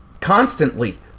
constantly